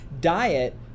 Diet